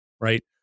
right